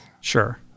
Sure